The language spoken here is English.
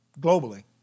globally